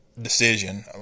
decision